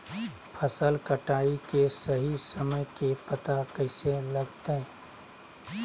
फसल कटाई के सही समय के पता कैसे लगते?